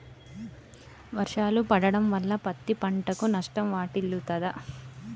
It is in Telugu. వర్షాలు పడటం వల్ల పత్తి పంటకు నష్టం వాటిల్లుతదా?